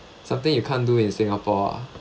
something you can't do in singapore